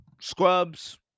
scrubs